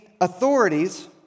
authorities